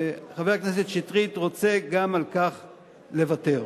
וחבר הכנסת שטרית רוצה גם על כך לוותר.